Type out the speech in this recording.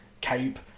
cape